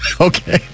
Okay